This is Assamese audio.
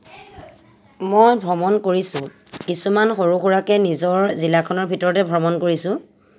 মই ভ্ৰমণ কৰিছোঁ কিছুমান সৰু সুৰাকৈ নিজৰ জিলাখনৰ ভিতৰতে ভ্ৰমণ কৰিছোঁ